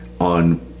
on